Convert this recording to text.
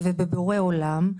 ובבורא עולם,